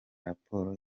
raporo